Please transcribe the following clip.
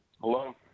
Hello